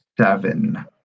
seven